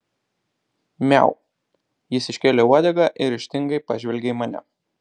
miau jis iškėlė uodegą ir ryžtingai pažvelgė į mane